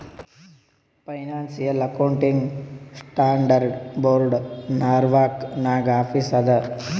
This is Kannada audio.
financial accounting standard board Norwalk ನಾಗ್ ಆಫೀಸ್ ಅದಾ